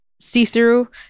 see-through